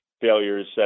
failures